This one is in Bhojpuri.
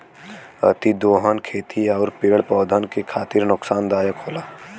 अतिदोहन खेती आउर पेड़ पौधन के खातिर नुकसानदायक होला